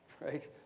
right